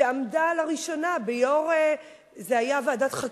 שעמדה לראשונה בראש הוועדה,